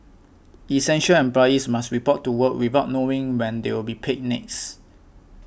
essential employees must report to work without knowing when they'll be paid next